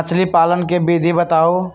मछली पालन के विधि बताऊँ?